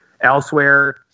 elsewhere